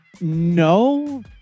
No